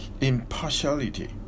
impartiality